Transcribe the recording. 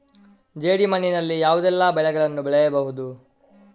ಜೇಡಿ ಮಣ್ಣಿನಲ್ಲಿ ಯಾವುದೆಲ್ಲ ಬೆಳೆಗಳನ್ನು ಬೆಳೆಯಬಹುದು?